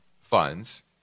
funds